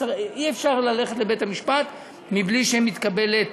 אי-אפשר ללכת לבית המשפט בלי שמתקבלת